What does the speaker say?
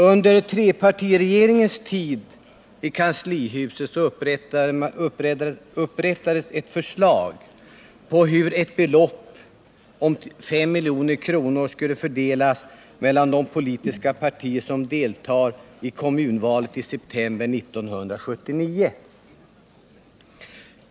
Under trepartiregeringens tid i kanslihuset upprättades ett förslag till hur ett belopp om 5 milj.kr. skulle fördelas mellan de politiska partier som deltar i kommunvalet i september 1979.